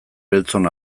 beltzon